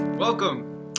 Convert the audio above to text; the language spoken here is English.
welcome